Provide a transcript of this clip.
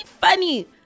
funny